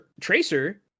Tracer